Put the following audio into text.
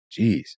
Jeez